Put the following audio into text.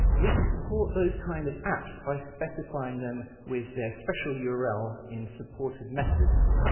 we can support those kinds of apps by specifying them with the special yeah url in supportedmethods